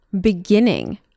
beginning